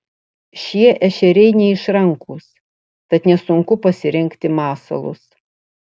šie ešeriai neišrankūs tad nesunku pasirinkti masalus